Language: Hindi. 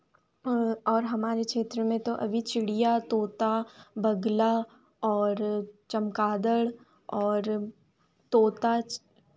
और हमारे क्षेत्र में तो अभी चिड़िया तोता बगुला और चमगादड़ और तोता